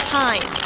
time